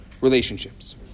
relationships